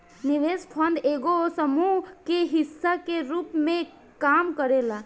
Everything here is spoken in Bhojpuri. निवेश फंड एगो समूह के हिस्सा के रूप में काम करेला